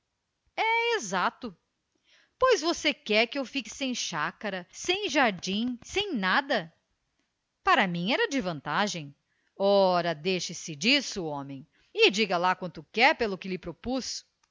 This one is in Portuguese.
é exato pois você quer que eu fique sem chácara sem jardim sem nada para mim era de vantagem ora deixe-se disso homem e diga lá quanto quer pelo que lhe propus